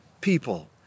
people